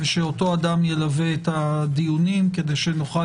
ושאותו אדם ילווה את הדיונים כדי שנוכל